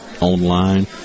online